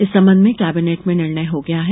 इस संबंध में केबिनेट में निर्णय हो गया है